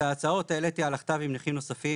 את ההצעות העליתי על הכתב עם נכים נוספים